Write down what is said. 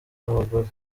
n’abagore